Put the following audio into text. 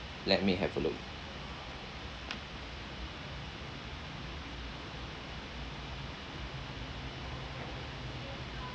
let me have a look